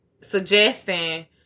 suggesting